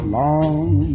long